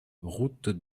route